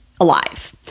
alive